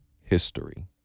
history